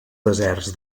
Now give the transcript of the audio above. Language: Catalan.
deserts